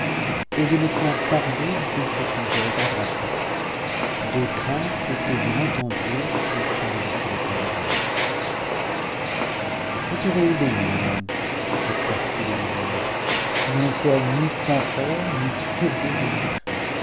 et de ne point parler de ce qui ne vous regardera pas de crainte que vous n'entendiez ce qui ne vous serait pas agréable vous serez obéie madame repartit le vizir nous ne sommes ni censeurs ni curieux